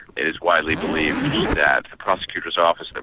it is widely believed that the prosecutor's office, but